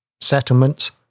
settlements